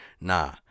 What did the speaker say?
Nah